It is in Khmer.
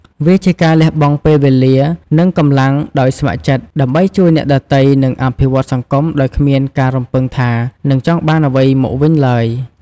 វាជាការលះបង់ពេលវេលា និងកម្លាំងដោយស្ម័គ្រចិត្ត ដើម្បីជួយអ្នកដទៃ និងអភិវឌ្ឍសង្គមដោយគ្មានការរំពឹងថានឹងចង់បានអ្វីមកវិញឡើយ។